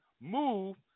move